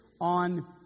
on